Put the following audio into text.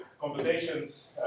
computations